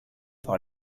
par